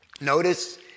Notice